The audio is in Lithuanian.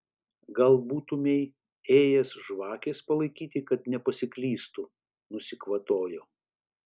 gal būtumei ėjęs žvakės palaikyti kad nepasiklystų nusikvatojo